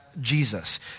Jesus